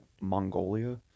Mongolia